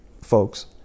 folks